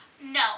No